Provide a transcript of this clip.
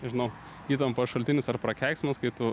nežinau įtampos šaltinis ar prakeiksmas kai tu